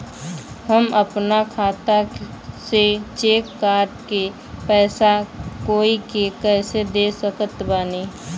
हम अपना खाता से चेक काट के पैसा कोई के कैसे दे सकत बानी?